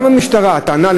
גם המשטרה טענה,